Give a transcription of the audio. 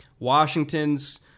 Washington's